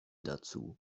dazu